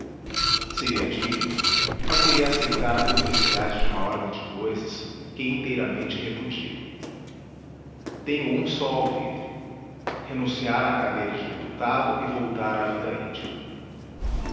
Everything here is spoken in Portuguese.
seria digno mas seria aceitar a cumplicidade de uma ordem de cousas que inteiramente repudio tenho um só alvitre renunciar à cadeira de deputado e voltar à vida íntima